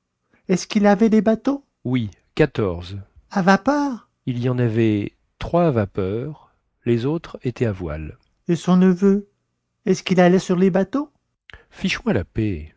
est-ce quil avait des bateaux oui quatorze à vapeur il y en avait trois à vapeur les autres étaient à voiles et son neveu est-ce quil allait sur les bateaux fiche moi la paix